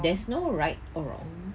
there's no right or wrong